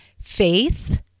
faith